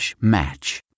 match